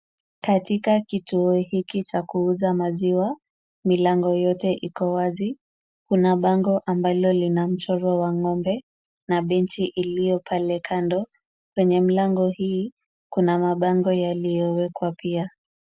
Katika kituo hiki cha kuuza maziwa milango yote iko wazi. Kuna bango ambalo lina mchoro wa ng'ombe na benchi iliyo pale kando. Kwenye milango hii kuna mabango yaliyowekwa pia.